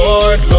Lord